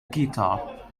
guitar